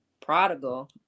prodigal